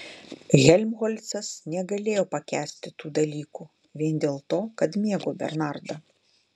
helmholcas negalėjo pakęsti tų dalykų vien dėl to kad mėgo bernardą